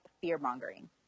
fear-mongering